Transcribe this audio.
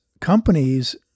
companies